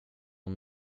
hon